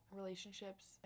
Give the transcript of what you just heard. relationships